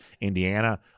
Indiana